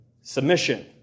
submission